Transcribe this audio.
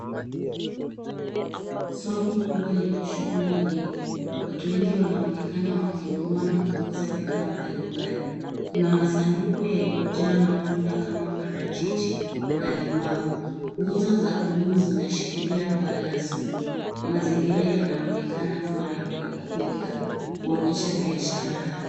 Soko kubwa lenye shughuli nyingi. Watu wengi wanaonekana wakinunua na kuuza bidhaa mbalimbali. Kuna masanduku yaliojaa matunda kama parachichi na limau. Nguzo zaa buluu zinashikilia paa la soko. Mazingira yanaonekana kuwa na pilkapilka, kuonyesha biashara hai.